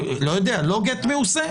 לא יודע, לא גט מעושה,